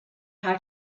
how